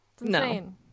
no